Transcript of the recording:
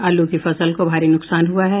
आलू की फसल को भारी नुकसान हुआ है